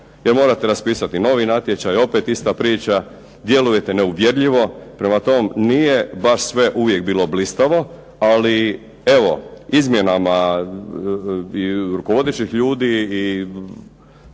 jer morate raspisati novi natječaj, opet ista priča. Djelujete neuvjerljivo. Prema tome, nije baš sve uvijek bilo blistavo. Ali evo izmjenama i rukovodećih ljudi i